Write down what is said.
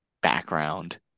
background